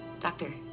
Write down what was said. Doctor